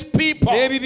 people